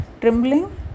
trembling